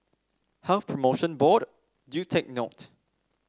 Health Promotion Board do take note